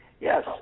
Yes